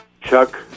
Chuck